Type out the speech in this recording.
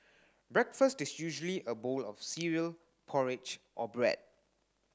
breakfast is usually a bowl of cereal porridge or bread